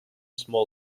small